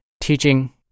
teaching